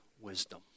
wisdom